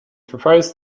proposed